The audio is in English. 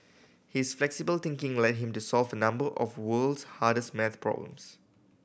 his flexible thinking led him to solve number of world's hardest maths problems